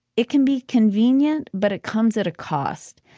it can be convenient, but it comes at a cost.